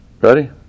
Ready